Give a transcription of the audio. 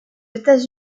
états